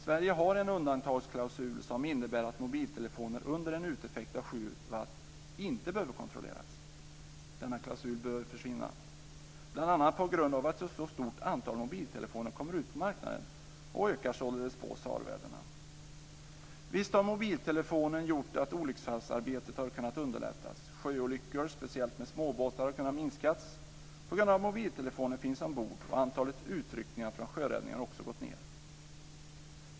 Sverige har en undantagsklausul som innebär att mobiltelefoner under en uteffekt av 7 watt inte behöver kontrolleras. Denna klausul bör försvinna, bl.a. på grund av att ett så stort antal mobiltelefoner kommer ut på marknaden och således ökar SAR-värdena. Visst har mobiltelefonen gjort att olycksfallsarbetet har kunnat underlättas. Antalet sjöolyckor, speciellt med småbåtar, har kunna minskas genom att mobiltelefon finns ombord. Antalet utryckningar från sjöräddningen har också gått ned.